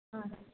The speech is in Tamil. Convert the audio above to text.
ஆ